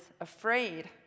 afraid